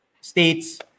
States